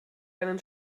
einen